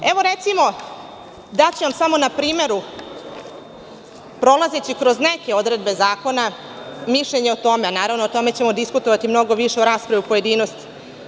Evo, recimo, daću vam samo na primeru, prolazeći kroz neke odredbe zakona, mišljenje o tome, a naravno o tome ćemo diskutovati mnogo više u raspravi u pojedinostima.